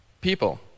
People